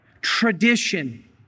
Tradition